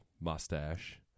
mustache